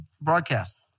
broadcast